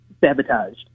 sabotaged